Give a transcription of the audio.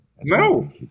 No